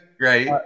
Right